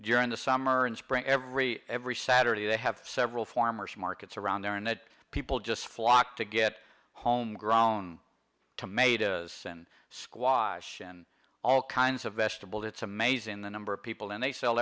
during the summer and spring every every saturday they have several farmer's markets around there and that people just flock to get home grown tomatoes and squash and all kinds of vegetables it's amazing the number of people and they sell